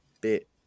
bit